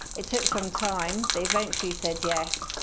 it took some time. they eventually said yes.